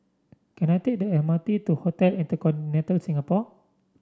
can I take the M R T to Hotel InterContinental Singapore